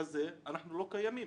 הזה אנחנו לא קיימים.